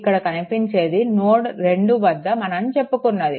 ఇక్కడ కనిపించేది నోడ్2 వద్ద మనం చెప్పుకున్నది